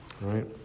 right